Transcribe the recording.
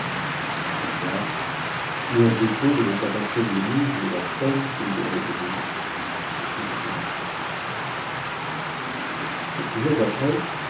le roi irrité de l'incapacité de l'émir et de la peine qu'il lui avait donnée lui fit couper la tête quelques jours après